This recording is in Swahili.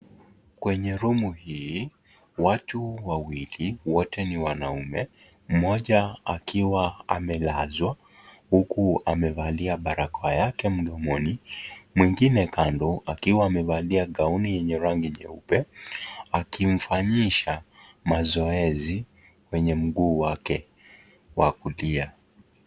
Kwenye rumu hii, watu wawili, wote ni wanaume, mmoja akiwa amelazwa huku amevalia barakoa yake mdomoni. Mwengine kando akiwa amevalia gauni yenye rangi nyeupe, akimfanyisha mazoezi kwenye mguu wake wa kulia.